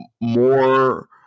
more